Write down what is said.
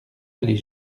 allée